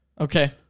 Okay